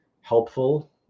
helpful